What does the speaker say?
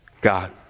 God